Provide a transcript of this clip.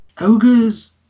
ogres